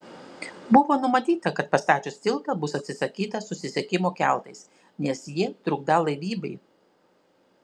buvo numatyta kad pastačius tiltą bus atsisakyta susisiekimo keltais nes jie trukdą laivybai